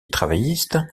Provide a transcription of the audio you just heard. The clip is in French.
travailliste